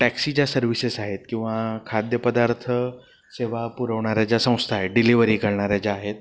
taxi ज्या services आहेत किंवा खाद्यपदार्थ सेवा पुरवणाऱ्या ज्या संस्था आहेत डिलिवरी करणाऱ्या ज्या आहेत